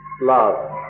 love